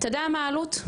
אתה יודע מה העלות?